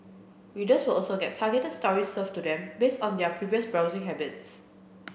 readers will also get targeted stories served to them based on their previous browsing habits